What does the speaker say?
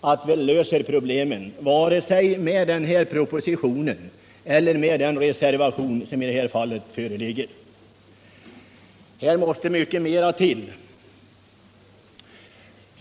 att vi löser problemen vare sig med den här propositionen eller med den reservation som föreligger. Mycket mera måste till.